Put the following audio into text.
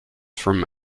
from